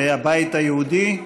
הבית היהודי,